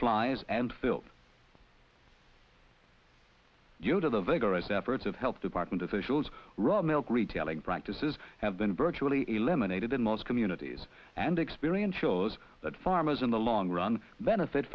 flies and filth due to the vigorous efforts of health department officials raw milk retailing practices have been virtually eliminated in most communities and experience shows that farmers in the long run benefit